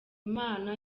imana